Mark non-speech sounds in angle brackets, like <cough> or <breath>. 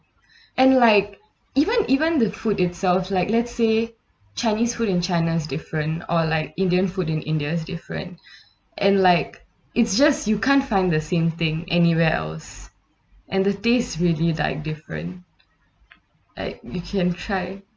<breath> and like even even the food itself like let's say chinese food in china's different or like indian food in india's different <breath> and like it's just you can't find the same thing anywhere else and the dish really they're different like you can try